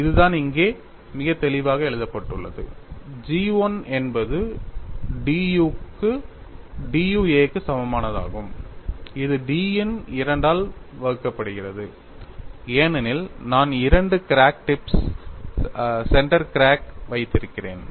இதுதான் இங்கே மிகத் தெளிவாக எழுதப்பட்டுள்ளது G 1 என்பது d U a க்கு சமமானதாகும் இது d இன் 2 ஆல் வகுக்கப்படுகிறது ஏனெனில் நான் இரண்டு கிராக் டிப்ஸுடன் சென்டர் கிராக் வைத்திருக்கிறேன்